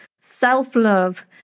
self-love